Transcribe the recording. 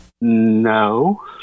No